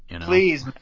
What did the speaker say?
Please